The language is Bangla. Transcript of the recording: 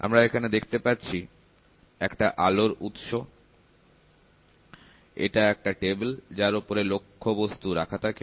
আমরা এখানে দেখতে পাচ্ছ একটা আলোর উৎস এটা একটা টেবিল যার উপরে লক্ষ্যবস্তু রাখা থাকে